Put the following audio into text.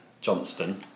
Johnston